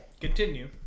Continue